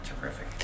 terrific